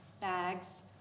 bags